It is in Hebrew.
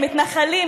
המתנחלים,